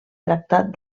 tractat